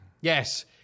Yes